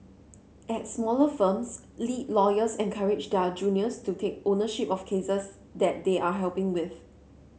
at smaller firms lead lawyers encourage their juniors to take ownership of cases that they are helping with